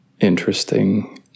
interesting